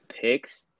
picks